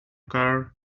car